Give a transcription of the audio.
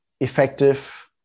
effective